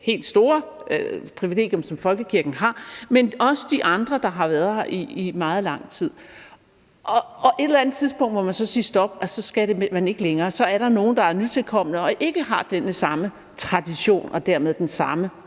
helt store privilegium, som folkekirken har, men også de andre, der har været her i meget lang tid. På et eller andet tidspunkt må man så sige stop, og så skal man ikke længere. Så er der nogle, der er nytilkomne og ikke har den samme tradition og dermed den samme